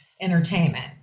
entertainment